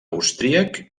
austríac